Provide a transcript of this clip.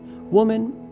Woman